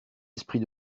esprit